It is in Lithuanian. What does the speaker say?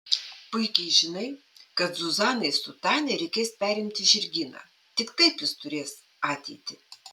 puikiai žinai kad zuzanai su tania reikės perimti žirgyną tik taip jis turės ateitį